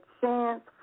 chance